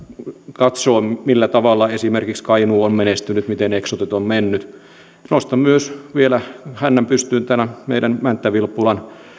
katsoo millä tavalla esimerkiksi kainuu on menestynyt miten eksote on mennyt nostan myös vielä hännän pystyyn tämän meidän mänttä vilppulan